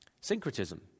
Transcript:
Syncretism